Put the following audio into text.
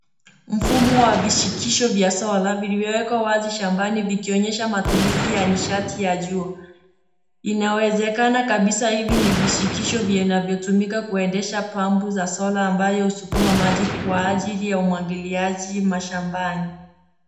Mfumo wa vishikisho vya solar vilivyowekwa wazi shambani vikionyesha matumizi ya mishati ya jua. Inawezekana kabisa hivi ni vishikisho vinavyotumika kuendesha pump za solar ambayo husukuma maji kwa ajili ya umwagiliaji mashambani.